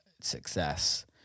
success